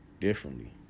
differently